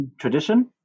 tradition